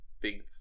big